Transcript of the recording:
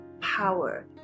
power